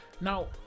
Now